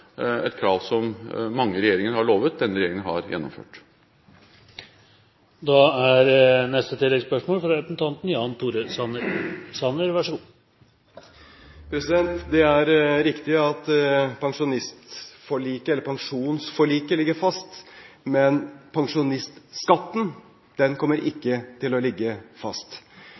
som mange regjeringer har lovet, men som denne regjeringen har gjennomført. Jan Tore Sanner – til oppfølgingsspørsmål. Det er riktig at pensjonsforliket ligger fast, men pensjonistskatten kommer ikke til å ligge fast.